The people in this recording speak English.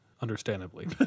Understandably